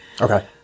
okay